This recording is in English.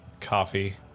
coffee